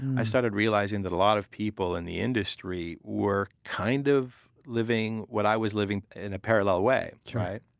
i started realizing that a lot of people in the industry were kind of living what i was living in a parallel way.